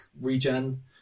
regen